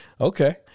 Okay